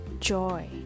joy